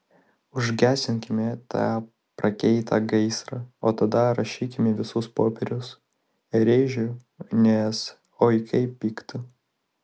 užgesinkime tą prakeiktą gaisrą o tada rašykime visus popierius rėžiu nes oi kaip pikta